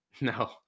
No